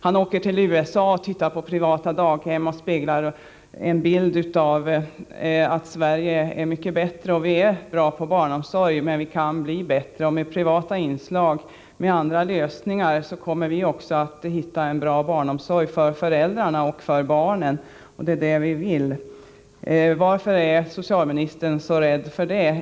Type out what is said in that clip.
Han åker till USA och tittar på privata daghem och speglar en bild av att Sverige är mycket bättre. Vi är bra på barnomsorg, men vi kan bli bättre med privata inslag. Med andra lösningar kommer vi också att hitta en bra barnomsorg för föräldrarna och för barnen — det är det vi vill. Varför är socialministern så rädd för det?